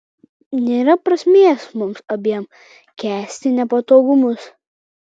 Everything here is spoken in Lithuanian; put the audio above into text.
nėra prasmės mums abiem kęsti nepatogumus